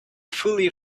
fully